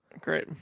great